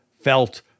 felt